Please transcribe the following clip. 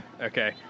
okay